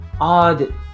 odd